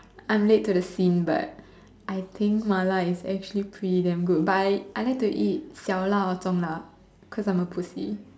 I'm late to the scene but I think mala is actually pretty damn good but I I like to eat 小辣 or 重辣 cause I'm a pussy